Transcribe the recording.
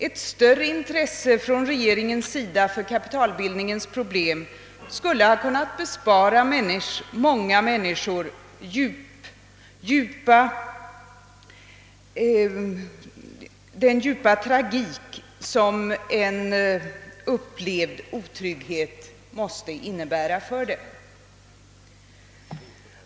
Ett större intresse från regeringens sida för kapitalbildningens problem skulle ha kunnat bespara många människor den djupa tragik som en upplevd otrygghet måste innebära.